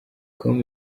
com